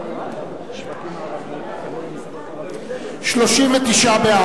סעיפים 1 49 נתקבלו.